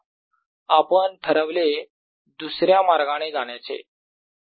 2π0I B0I2πR समजा आपण ठरवले दुसऱ्या मार्गाने जाण्याचे